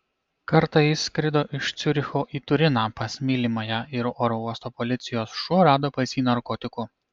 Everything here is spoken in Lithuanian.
kartą jis skrido iš ciuricho į turiną pas mylimąją ir oro uosto policijos šuo rado pas jį narkotikų